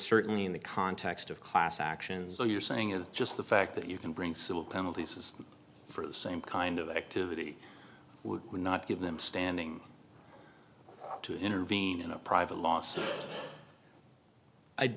certainly in the context of class actions so you're saying it's just the fact that you can bring civil penalties for the same kind of activity would not give them standing to intervene in a private l